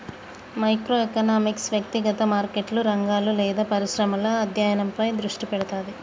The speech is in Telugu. మైక్రో ఎకనామిక్స్ వ్యక్తిగత మార్కెట్లు, రంగాలు లేదా పరిశ్రమల అధ్యయనంపై దృష్టి పెడతది